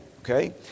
okay